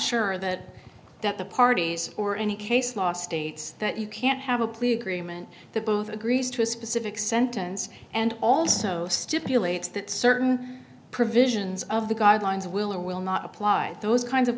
sure that that the parties or any case law states that you can't have a plea agreement that both agrees to a specific sentence and also stipulates that certain provisions of the guidelines will or will not apply those kinds of